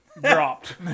dropped